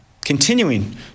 continuing